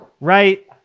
Right